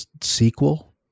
sequel